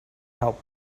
help